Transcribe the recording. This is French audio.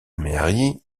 marie